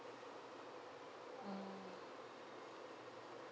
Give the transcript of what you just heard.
mm